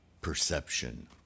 perception